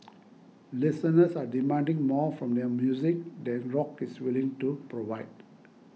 listeners are demanding more from their music than rock is willing to provide